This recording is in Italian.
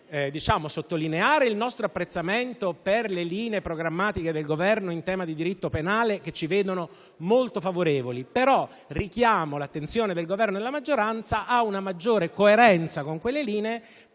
di sottolineare il nostro apprezzamento per le linee programmatiche del Governo in tema di diritto penale, che ci vedono molto favorevoli, ma richiamo il Governo e la maggioranza a una maggiore coerenza con quelle linee,